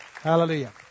Hallelujah